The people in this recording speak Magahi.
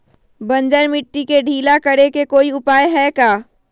बंजर मिट्टी के ढीला करेके कोई उपाय है का?